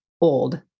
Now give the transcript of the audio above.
old